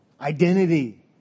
identity